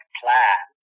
plan